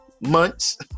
months